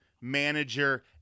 Manager